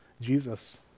Jesus